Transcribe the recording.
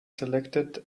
selected